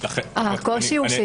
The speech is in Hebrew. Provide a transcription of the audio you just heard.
--- קודם כול,